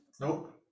nope